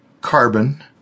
carbon